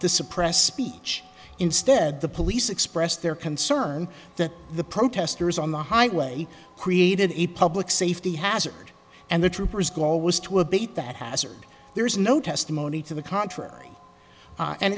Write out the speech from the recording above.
to suppress speech instead the police expressed their concern that the protestors on the highway created a public safety hazard and the troopers goal was to abate that hazard there is no testimony to the contrary